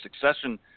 succession